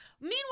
Meanwhile